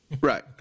right